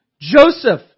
Joseph